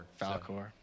Falcor